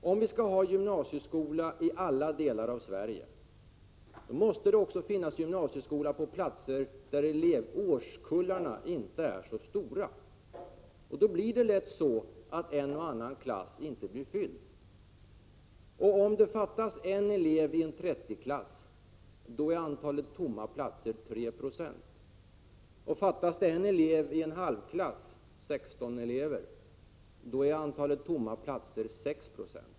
Om vi skall ha en gymnasieskola i alla delar av Sverige, måste det också finnas gymnasieskola på platser där årskullarna inte är så stora, och då blir det lätt så att en och annan klass inte blir fylld. Om det fattas en elev i en 30-klass är andelen tomma platser 3 26. Fattas en elev i en halvklass, 16 elever, är andelen tomma platser 6 70.